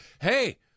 hey